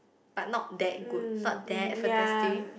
but not that good not that fantastic